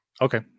Okay